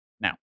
Now